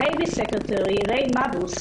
ריי מגנוס,